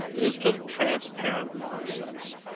is just transparent nonsense.